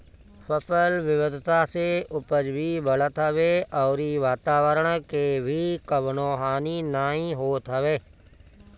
फसल विविधता से उपज भी बढ़त हवे अउरी वातवरण के भी कवनो हानि नाइ होत हवे